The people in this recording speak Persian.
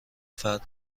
فرد